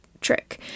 trick